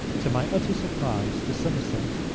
to my utter surprise the somerset,